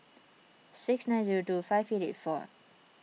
six nine zero two five eight eight four